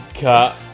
cut